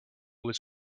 was